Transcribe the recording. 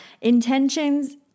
intentions